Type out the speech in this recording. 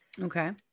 Okay